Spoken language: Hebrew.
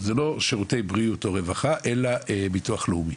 זה לא שירותי בריאות או רווחה אלא ביטוח לאומי.